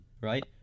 right